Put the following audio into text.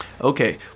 Okay